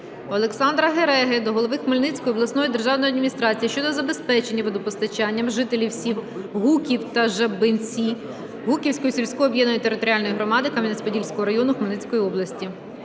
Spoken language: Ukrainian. Олександра Гереги до голови Хмельницької обласної державної адміністрації щодо забезпечення водопостачанням жителів сіл Гуків та Жабинці Гуківської сільської об'єднаної територіальної громади Кам'янець-Подільського району Хмельницької області.